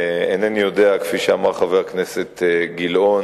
ואינני יודע, כפי שאמר חבר הכנסת גילאון,